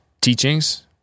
teachings